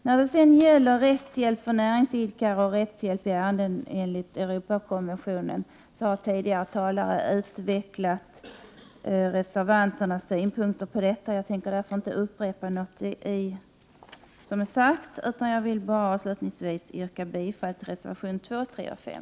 När det sedan gäller rättshjälp för näringsidkare och rättshjälpsärenden enligt Europakonventionen har tidigare talare berört reservanternas synpunkter. Därför skall jag inte upprepa vad som här har sagts. Avslutningsvis yrkar jag bifall till reservationerna 2, 3 och 5.